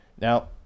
Now